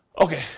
Okay